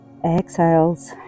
exhales